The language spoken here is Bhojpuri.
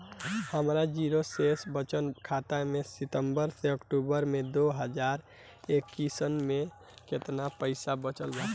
हमार जीरो शेष बचत खाता में सितंबर से अक्तूबर में दो हज़ार इक्कीस में केतना पइसा बचल बा?